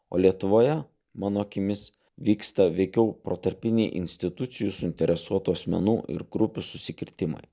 o lietuvoje mano akimis vyksta veikiau protarpiniai institucijų suinteresuotų asmenų ir grupių susikirtimai